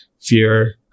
fear